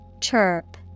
Chirp